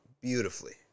Beautifully